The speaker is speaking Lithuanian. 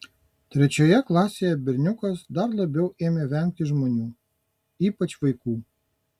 trečioje klasėje berniukas dar labiau ėmė vengti žmonių ypač vaikų